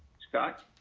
scott.